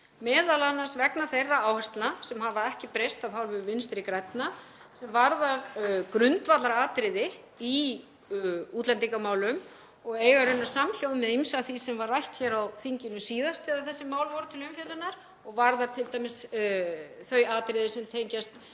m.a. vegna þeirra áherslna, sem hafa ekki breyst af hálfu Vinstri grænna, sem varða grundvallaratriði í útlendingamálum og eiga raunar samhljóm með ýmsu af því sem var rætt hér á þinginu síðast þegar þessi mál voru til umfjöllunar og varðar t.d. þau atriði sem tengjast